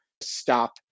stop